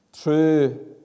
true